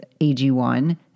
AG1